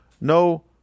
no